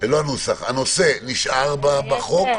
הנושא נשאר בחוק.